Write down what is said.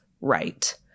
right